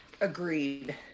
Agreed